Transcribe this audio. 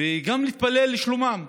וגם להתפלל לשלומם.